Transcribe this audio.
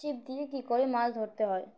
ছিপ দিয়ে কী করে মাছ ধরতে হয়